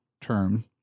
term